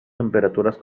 temperaturas